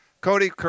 Cody